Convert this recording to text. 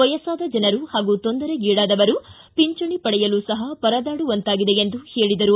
ವಯಸ್ಲಾದ ಜನರು ಹಾಗೂ ತೊಂದರೆಗಿಡಾದವರು ಪಿಂಚಣಿ ಪಡೆಯಲು ಸಹ ಪರದಾಡುವಂತಾಗಿದೆ ಎಂದು ಹೇಳಿದರು